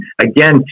again